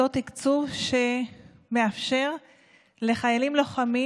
אותו פרויקט שמאפשר לחיילים לוחמים